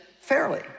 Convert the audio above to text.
fairly